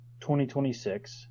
2026